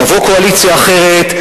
תבוא קואליציה אחרת,